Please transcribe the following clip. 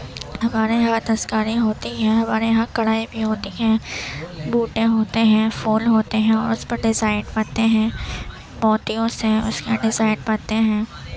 ہمارے یہاں دستکاری ہوتی ہے ہمارے یہاں کڑھائی بھی ہوتی ہے بوٹے ہوتے ہیں پھول ہوتے ہیں اور اس پر ڈیزائن بنتے ہیں موتیوں سے اس میں ڈیزائن بنتے ہیں